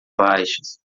baixa